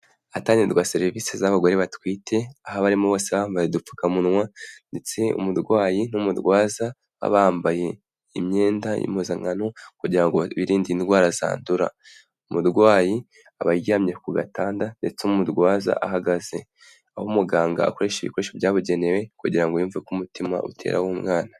Ahatangirwa serivisi z'abagore batwite, aho abarimo bose baba bambaye udupfukamunwa ndetse umurwayi n'umurwaza baba bambaye imyenda y'impuzankano kugira ngo birinde indwara zandura, umurwayi aba aryamye ku gatanda ndetse umurwaza ahagaze, aho umuganga akoresha ibikoresho byabugenewe kugira ngo yumve ko umutima utera w'umwana.